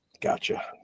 Gotcha